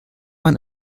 man